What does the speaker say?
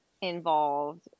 involved